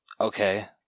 okay